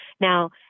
Now